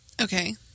Okay